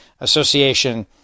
association